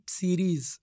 series